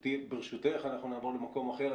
ברשותך אנחנו נעבור למקום אחר.